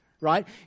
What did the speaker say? right